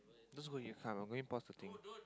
let's go I'm gonna pause the thing